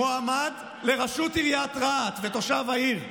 מועמד לראשות עיריית רהט ותושב העיר,